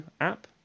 app